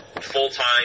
full-time